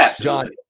John